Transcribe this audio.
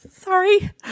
Sorry